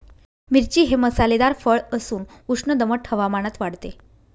मिरची हे मसालेदार फळ असून उष्ण दमट हवामानात वाढते